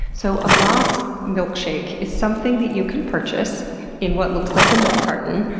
so a moss milkshake is something that you can purchase in what looks like a milk carton,